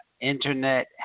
internet